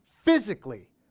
physically